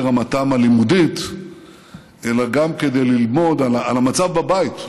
רמתם הלימודית אלא גם כדי ללמוד על המצב בבית.